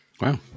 Wow